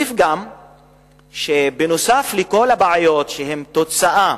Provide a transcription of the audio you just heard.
נוסף על כל הבעיות שהן תוצאה